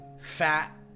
Fat